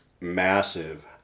massive